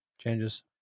Changes